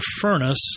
furnace